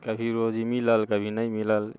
कभी रोजी मिलल कभी नहि मिलल